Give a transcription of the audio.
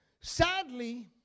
Sadly